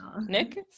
Nick